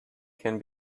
can